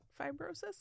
fibrosis